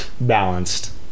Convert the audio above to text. balanced